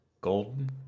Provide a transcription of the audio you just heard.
Golden